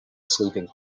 sleeping